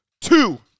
two